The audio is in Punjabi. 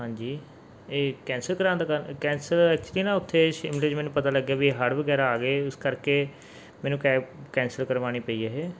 ਹਾਂਜੀ ਇਹ ਕੈਂਸਲ ਕਰਵਾਉਣ ਦਾ ਕ ਕੈਂਸਲ ਐਕਚੁਲੀ ਨਾ ਉੱਥੇ ਸ਼ਿਮਲੇ 'ਚ ਮੈਨੂੰ ਪਤਾ ਲੱਗਿਆ ਵੀ ਹੜ੍ਹ ਵਗੈਰਾ ਆ ਗਏ ਇਸ ਕਰਕੇ ਮੈਨੂੰ ਕੈਬ ਕੈਂਸਲ ਕਰਵਾਉਣੀ ਪਈ ਇਹ